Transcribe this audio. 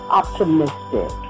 optimistic